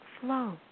Flow